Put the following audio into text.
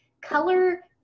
color